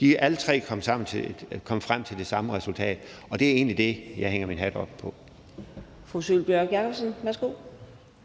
De er alle tre kommet frem til det samme resultat, og det er egentlig det, jeg hænger min hat på.